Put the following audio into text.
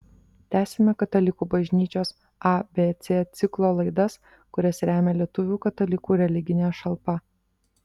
tęsiame katalikų bažnyčios abc ciklo laidas kurias remia lietuvių katalikų religinė šalpa